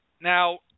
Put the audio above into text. Now